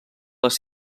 les